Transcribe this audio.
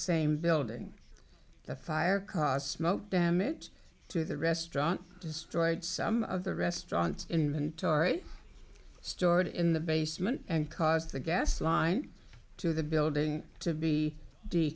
same building the fire caused smoke damage to the restaurant destroyed some of the restaurant inventory stored in the basement and caused the gas line to the building to be